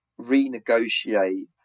renegotiate